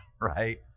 right